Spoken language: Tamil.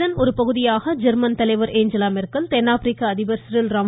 இதன் ஒரு பகுதியாக ஜொ்மன் தலைவர் ஏஞ்சலா மெர்க்கல் தென்னாப்பிரிக்க அதிப்ர் சிரில் ராம்